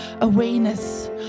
awareness